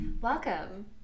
Welcome